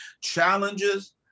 Challenges